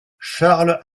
charles